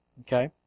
Okay